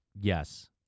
Yes